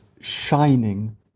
shining